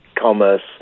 commerce